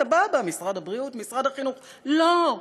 סבבה, משרד הבריאות, משרד החינוך, לא,